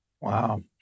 Wow